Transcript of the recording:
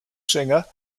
singer